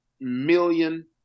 million